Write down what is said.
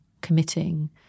committing